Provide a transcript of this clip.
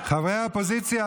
חברי האופוזיציה,